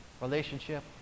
relationship